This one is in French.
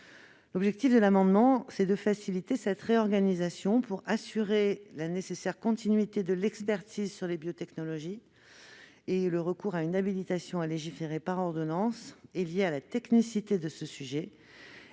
L'objectif de cet amendement est de faciliter cette réorganisation pour assurer la nécessaire continuité de l'expertise sur les biotechnologies ; le recours à une ordonnance est lié à la technicité de ce sujet